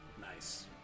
Nice